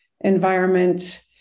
environment